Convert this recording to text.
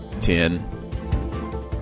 Ten